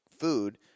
food